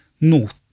North